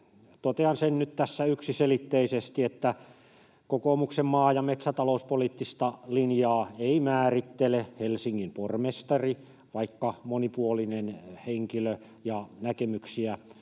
totean sen nyt tässä yksiselitteisesti, että kokoomuksen maa- ja metsätalouspoliittista linjaa ei määrittele Helsingin pormestari, vaikka monipuolinen henkilö on ja näkemyksiä